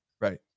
right